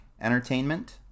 entertainment